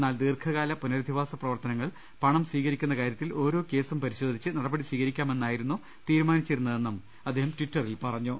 എന്നാൽ ദീർഘകാല പുനരധിവാസ പ്രവർത്തനങ്ങൾ പണം സ്വീകരിക്കുന്ന കാര്യത്തിൽ ഓരോ കേസും പരിശോധിച്ച് നട പടി സ്വീകരിക്കാമെന്നായിരുന്നു തീരുമാനിച്ചിരുന്നതെന്നും അദ്ദേഹം ടിറ്ററിൽ പറഞ്ഞു